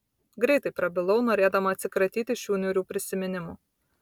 greitai prabilau norėdama atsikratyti šių niūrių prisiminimų